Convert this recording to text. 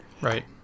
Right